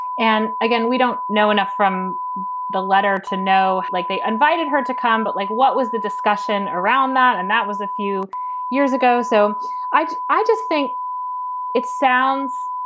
and again, we don't know enough from the letter to know like they invited her to come, but like, what was the discussion around that? and that was a few years ago. so i i just think it sounds,